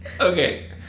Okay